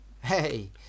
hey